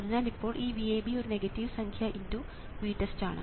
അതിനാൽ ഇപ്പോൾ ഈ VAB ഒരു നെഗറ്റീവ് സംഖ്യ × VTEST ആണ്